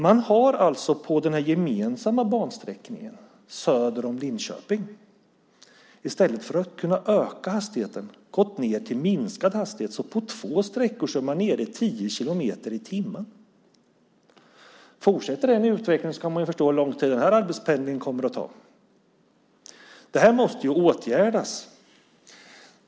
Man har alltså på den här gemensamma bansträckningen, söder om Linköping, i stället för att öka hastigheten gått ned till minskad hastighet. På två sträckor är man nere i tio kilometer i timmen. Fortsätter den utvecklingen kan man ju förstå hur lång tid den här arbetspendlingen kommer att ta. Det här måste åtgärdas.